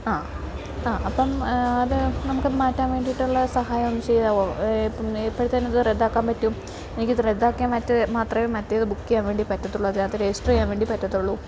ആ ആ അപ്പം അത് നമുക്ക് മാറ്റാൻ വേണ്ടിയിട്ടുള്ള സഹായം ചെയ്യാമോ ഇപ്പം എപ്പോൾ തന്നെ ഇത് റദ്ദാക്കാൻ പറ്റും എനിക്ക് ഇത് റദ്ദാക്കിയാൽ മാത്രമേ മറ്റേത് ബുക്ക് ചെയ്യാൻ വേണ്ടി പറ്റത്തുള്ളൂ അതിനകത്ത് രജിസ്റ്റർ ചെയ്യാൻ വേണ്ടി പറ്റത്തുള്ളൂ